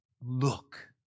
look